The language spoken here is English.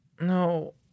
No